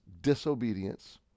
disobedience